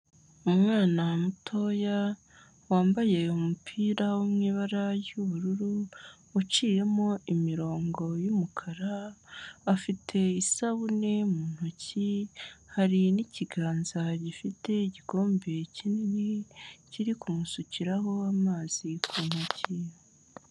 Umwana mutoya wambaye umupira wo mu ibara ry'ubururu uciyemo imirongo y'umukara, afite isabune mu ntoki, hari n'ikiganza gifite igikombe kinini kiri kumusukiraho amazi ku ntoki.